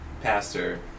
pastor